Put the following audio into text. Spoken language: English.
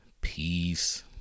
peace